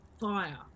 fire